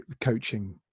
coaching